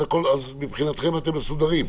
אז מבחינתכם אתם מסודרים.